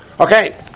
Okay